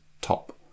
top